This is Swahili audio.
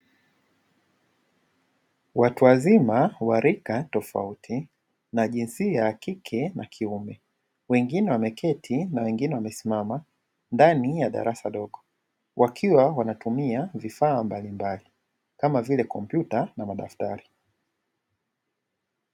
Watu wazima wa rika tofauti, na jinsia ya kike na kiume, wengine wameketi na wengine wamesimama ndani ya darasa dogo, wakiwa wanatumia vifaa mbalimbali kama, vile kompyuta na madaftari.